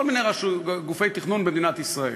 כל מיני גופי תכנון במדינת ישראל.